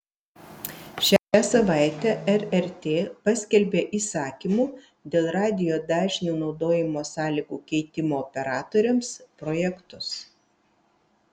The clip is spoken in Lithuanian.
šią savaitę rrt paskelbė įsakymų dėl radijo dažnių naudojimo sąlygų keitimo operatoriams projektus